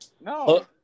no